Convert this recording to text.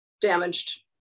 damaged